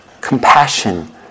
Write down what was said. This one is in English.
compassion